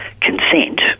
Consent